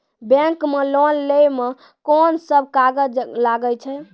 Bank मे loan लै मे कोन सब कागज लागै छै?